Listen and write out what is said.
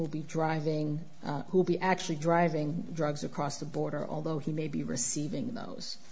will be driving who'll be actually driving drugs across the border although he may be receiving those